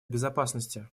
безопасности